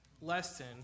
lesson